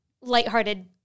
lighthearted